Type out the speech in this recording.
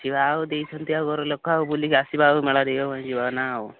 ଯିବା ଆଉ ଦୁଇ ଖୁଣ୍ଟିଆ ଘର ଲୋକ ଆଉ ବୁଲିକି ଆସିବା ଆଉ ଯିବା ନା ଆଉ